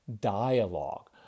dialogue